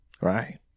Right